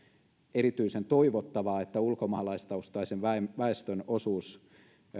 erityisen toivottavaa että ulkomaalaistaustaisen väestön osuus